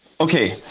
Okay